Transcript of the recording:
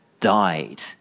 died